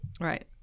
Right